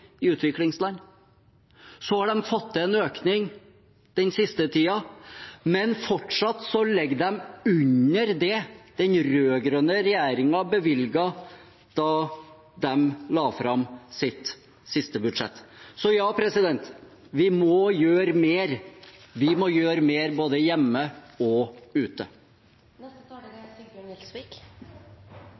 i utviklingsland. Så har de fått til en økning den siste tida, men fortsatt ligger de under det den rød-grønne regjeringen bevilget da de la fram sitt siste budsjett. Så ja, vi må gjøre mer – vi må gjøre mer både hjemme og ute. Norge er